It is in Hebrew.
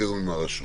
בתיאום עם הרשות.